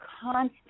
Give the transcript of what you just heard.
constant